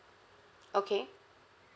okay